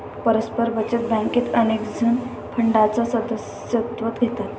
परस्पर बचत बँकेत अनेकजण फंडाचे सदस्यत्व घेतात